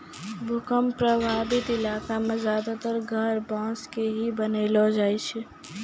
भूकंप प्रभावित इलाका मॅ ज्यादातर घर बांस के ही बनैलो जाय छै